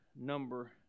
number